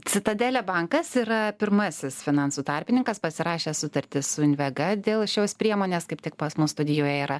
citadele bankas yra pirmasis finansų tarpininkas pasirašęs sutartį su invega dėl šios priemonės kaip tik pas mus studijoj yra